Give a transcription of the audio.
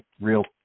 real